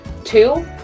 Two